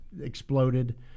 exploded